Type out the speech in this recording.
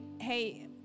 hey